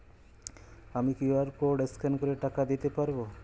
আমি QR code scan করে টাকা দিতে পারবো?